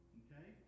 okay